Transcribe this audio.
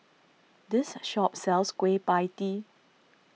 this shop sells Kueh Pie Tee